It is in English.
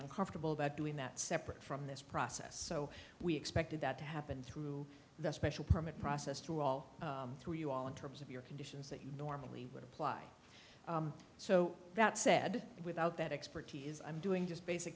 uncomfortable about doing that separate from this process so we expected that to happen through the special permit process to all through you all in terms of your conditions that you normally would apply so that said without that expertise i'm doing just basic